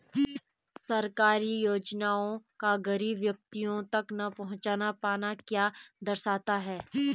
सरकारी योजनाओं का गरीब व्यक्तियों तक न पहुँच पाना क्या दर्शाता है?